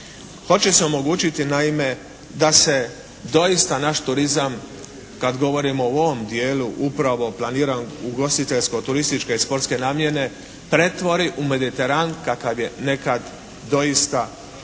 Hoće se omogućiti naime da se doista naš turizam kad govorimo u ovom dijelu upravo planirane ugostiteljsko-turističke sportske namjene pretvori u Mediteran kakav je nekad doista bio